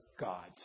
gods